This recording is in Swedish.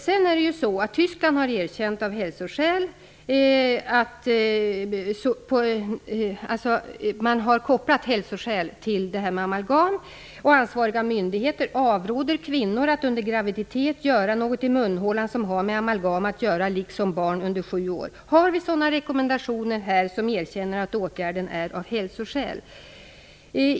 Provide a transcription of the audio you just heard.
I Tyskland har man erkänt en koppling mellan amalgam och hälsa, och ansvariga myndigheter avråder kvinnor från att under graviditet låta göra några ingrepp i munhålan vilka har med amalgam att göra. Även barn under sju år avråds från sådana. Har vi här några sådana rekommendationer grundade på ett erkännande av en koppling till hälsan?